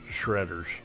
shredders